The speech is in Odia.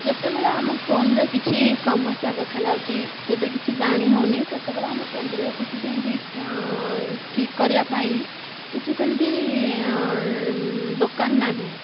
ଯେତେବେଳେ ଆମ ଫୋନରେ କିଛି ସମସ୍ଯା ଦେଖା ଯାଉଛି ସେଠାରେ କିଛି ଜାଣି ହେଉନି ସେତେବେଳେ ଆମ କେନ୍ଦ୍ରରେ କିଛି ସେମିତି ଠିକ କରିବା ପାଇଁ କିଛି ସେମିତି ଦୋକାନ ନାହିଁ